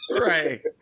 right